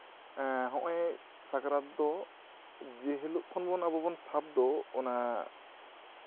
ᱦᱚᱜᱼᱚᱭ ᱥᱟᱠᱨᱟᱛ ᱫᱚ ᱡᱮ ᱦᱤᱞᱳᱜ ᱠᱷᱚᱱ ᱟᱵᱚ ᱵᱚᱱ ᱥᱟᱵ ᱫᱚ ᱚᱱᱟ